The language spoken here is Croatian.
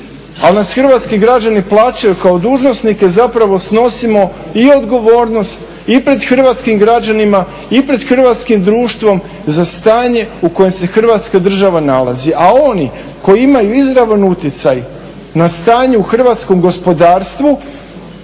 nas hrvatski građani plaćaju kao dužnosnike zapravo snosimo i odgovornost i pred hrvatskih građanima i pred hrvatskim društvom za stanje u kojem se Hrvatska država nalazi. A oni koji imaju izravan utjecaj na stanje u hrvatskom gospodarstvu